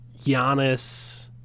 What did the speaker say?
Giannis